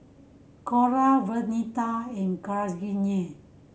Cora Vernita and